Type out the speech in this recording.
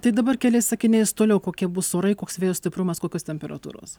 tai dabar keliais sakiniais toliau kokie bus orai koks vėjo stiprumas kokios temperatūros